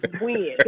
win